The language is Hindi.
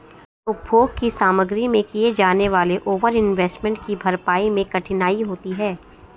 उपभोग की सामग्री में किए जाने वाले ओवर इन्वेस्टमेंट की भरपाई मैं कठिनाई होती है